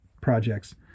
projects